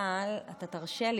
אבל אתה תרשה לי,